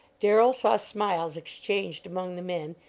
darrell saw smiles exchanged among the men,